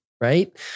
Right